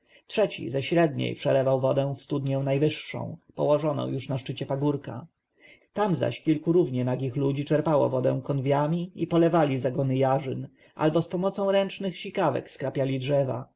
trzeci ze średniej przelewał wodę w studnię najwyższą położoną już na szczycie pagórka tam zaś kilku równie nagich ludzi czerpało wodę konwiami i polewali zagony jarzyn albo zapomocą ręcznych sikawek skrapiali drzewa